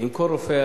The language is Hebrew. עם כל המיילדים,